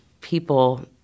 people